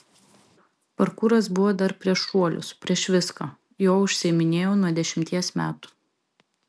parkūras buvo dar prieš šuolius prieš viską juo užsiiminėjau nuo dešimties metų